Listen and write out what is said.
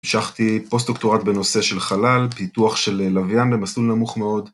‫המשכתי פוסט-דוקטורט בנושא של חלל, ‫פיתוח של לוויין במסלול נמוך מאוד.